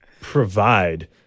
provide